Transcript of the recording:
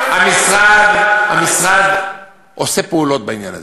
המשרד עושה פעולות בעניין הזה.